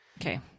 Okay